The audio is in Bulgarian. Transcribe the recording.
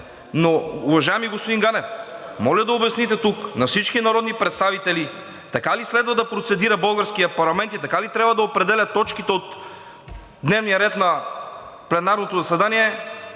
Но уважаеми господин Ганев, моля да обясните тук на всички народни представители, така ли следва да процедира българският парламент и така ли трябва да определя точките от дневния ред на пленарното заседание,